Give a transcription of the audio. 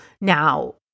Now